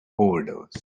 overdose